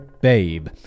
Babe